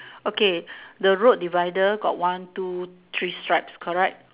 okay the road divider got one two three stripes correct